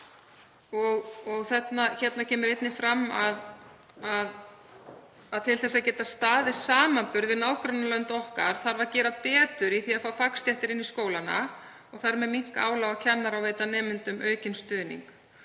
Þar kemur einnig fram að til þess að geta staðist samanburð við nágrannalönd okkar þarf að gera betur í því að fá fagstéttir inn í skólana og minnka þar með álag á kennara og veita nemendum aukinn stuðning.